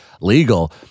legal